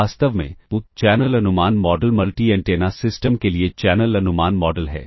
वास्तव में चैनल अनुमान मॉडल मल्टी एंटेना सिस्टम के लिए चैनल अनुमान मॉडल है